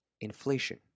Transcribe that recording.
inflation